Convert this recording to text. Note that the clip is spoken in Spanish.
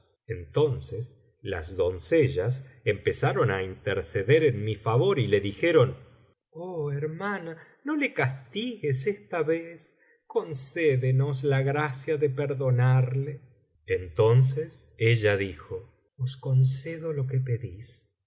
entonces las doncellas empezaron á interceder en mi favor y le dijeron oh hermana no le castigues esta vez concédenos la gracia de perdonarle entonces ella dijo os concedo lo que pedís